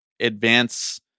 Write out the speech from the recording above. advance